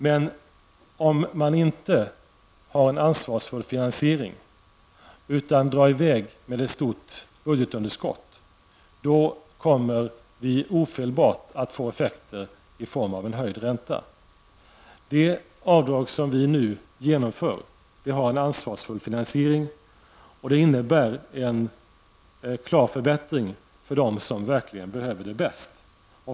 Men om man inte har en ansvarsfull finansiering, utan drar i väg med ett stort budgetunderskott, kommer vi ofelbart att få effekter i form av en höjd ränta. De avdrag som vi nu genomför har en ansvarsfull finansiering och innebär en klar förbättring för dem som verkligen behöver det bäst.